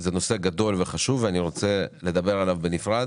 זה נושא גדול וחשוב ואני רוצה לדבר עליו בנפרד.